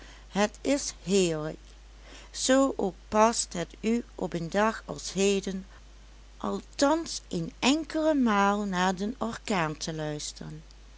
het is heerlijk zoo ook past het u op een dag als heden althans een enkele maal naar den orkaan te luisteren